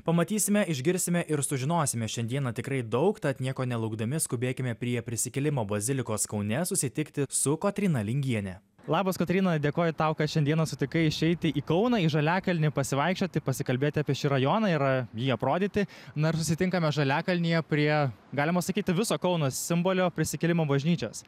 pamatysime išgirsime ir sužinosime šiandieną tikrai daug tad nieko nelaukdami skubėkime prie prisikėlimo bazilikos kaune susitikti su kotryna lingiene labas kotryna dėkoju tau kad šiandieną sutikai išeiti į kauną į žaliakalnį pasivaikščioti pasikalbėti apie šį rajoną ir jį aprodyti na ir susitinkame žaliakalnyje prie galima sakyti viso kauno simbolio prisikėlimo bažnyčios